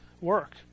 work